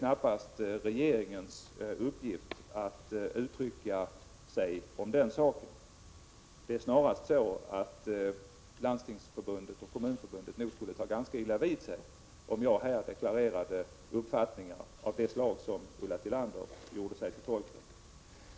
Landstingsförbundet och Kommunförbundet skulle snarast ta ganska illa vid sig, om jag här deklarerade uppfattningar av det slag som Ulla Tillander gjorde sig till tolk för.